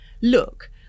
look